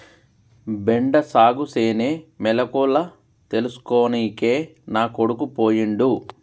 బెండ సాగుసేనే మెలకువల తెల్సుకోనికే నా కొడుకు పోయిండు